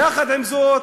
יחד עם זאת,